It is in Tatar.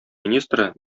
министры